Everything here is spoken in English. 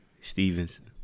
Stevenson